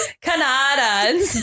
Canada